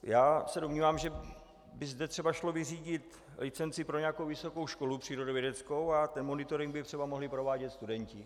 Já se domnívám, že by zde třeba šlo vyřídit licenci pro nějakou vysokou školu přírodovědeckou a monitoring by třeba mohli provádět studenti.